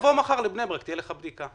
תבוא מחר לבני ברק תהיה לך בדיקה.